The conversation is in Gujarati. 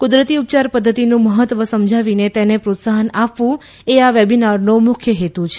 કુદરતી ઉપચાર પધ્ધતિનું મહત્વ સમજાવીને તેને પ્રોત્સાહન આપવું એ આ વેબીનારનો મુખ્ય હેતુ છે